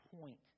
point